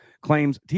claims